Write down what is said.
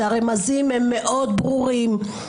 שהרמזים הם מאוד ברורים,